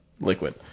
liquid